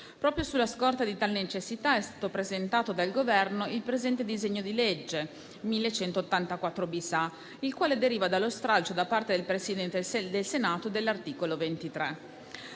Proprio sulla scorta di tale necessità è stato presentato dal Governo il disegno di legge n. 1184-*bis*, il quale deriva dallo stralcio da parte del Presidente del Senato dell'articolo 23